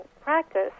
practice